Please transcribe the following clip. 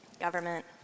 government